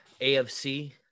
AFC